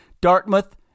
Dartmouth